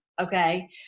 okay